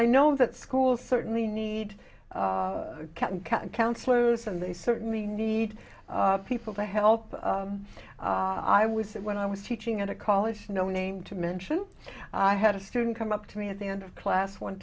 i know that schools certainly need can can count flows and they certainly need people to help i was when i was teaching at a college no name to mention i had a student come up to me at the end of class one